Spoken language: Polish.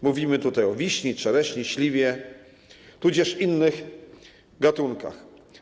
Mówimy tutaj o wiśni, czereśni, śliwie, tudzież innych gatunkach.